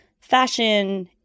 fashion